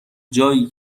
جایی